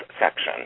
section